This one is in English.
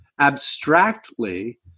abstractly